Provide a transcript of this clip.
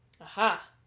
Aha